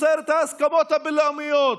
סותר את ההסכמות הבין-לאומיות,